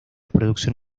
producción